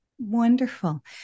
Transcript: Wonderful